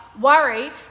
worry